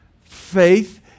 faith